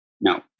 No